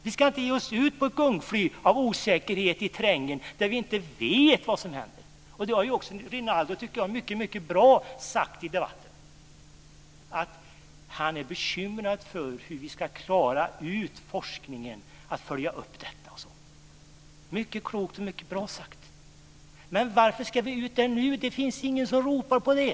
Vi ska inte ge oss ut på ett gungfly av osäkerhet i terrängen, där vi inte vet vad som händer. Rinaldo Karlsson sade i debatten i dag att han är bekymrad över hur vi ska klara av att följa upp detta. Det var mycket klokt och mycket bra sagt. Varför ska vi göra detta nu? Det är ingen som ropar på det.